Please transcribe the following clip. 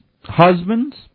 Husbands